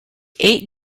eight